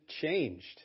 changed